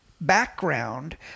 background